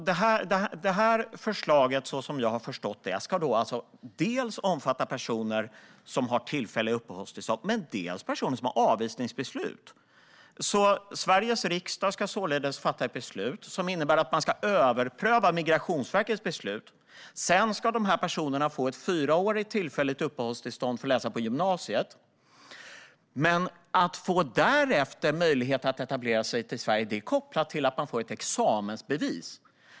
Det här förslaget ska, som jag har förstått det, omfatta dels personer som har tillfälliga uppehållstillstånd, dels personer som har avvisningsbeslut. Sveriges riksdag ska således fatta ett beslut som innebär att man ska överpröva Migrationsverkets beslut. Sedan ska de här personerna få fyraåriga tillfälliga uppehållstillstånd för att läsa på gymnasiet. Men möjligheten att därefter etablera sig i Sverige är kopplad till att man får ett examensbevis.